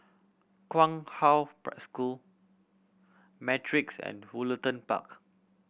Kong Hwa School Matrix and Woollerton Park